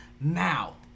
now